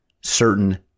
certain